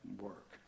work